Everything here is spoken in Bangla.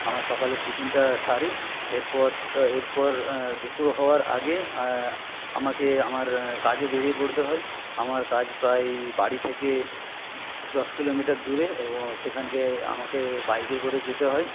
আমার সকালের টিফিনটা সারি এরপর এরপর দুপুর হওয়ার আগে আমাকে আমার কাজে বেরিয়ে পড়তে হয় আমার কাজ প্রায় বাড়ি থেকে দশ কিলোমিটার দূরে এবং সেখানকে আমাকে বাইকে করে যেতে হয়